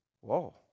Whoa